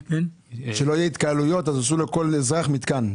--- שלא יהיו התקהלויות אז עשו לכל אזרח מתקן.